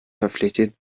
verpflichtet